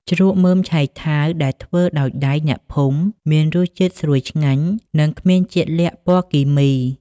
ជ្រក់មើមឆៃថាវដែលធ្វើដោយដៃអ្នកភូមិ មានរសជាតិស្រួយឆ្ងាញ់ និងគ្មានជាតិល័ក្ខពណ៌គីមី។